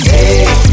Hey